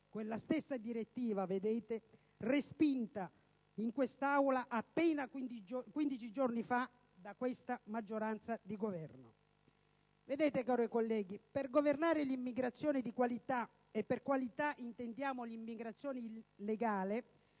quella stessa direttiva respinta in quest'Aula appena 15 giorni fa da questa maggioranza di Governo. Cari colleghi, per governare l'immigrazione "di qualità" - e per qualità intendiamo l'immigrazione legale